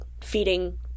feeding